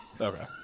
Okay